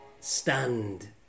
stunned